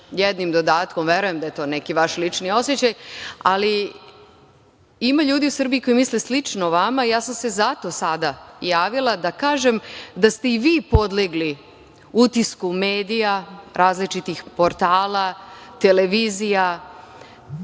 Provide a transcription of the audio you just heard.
jednim dodatkom, verujem da je to vaš lični osećaj, ali ima ljudi u Srbiji koji misle slično vama. Ja sam se zato sada javila da kažem da ste i vi podlegli utisku medija, različitih portala, televizija,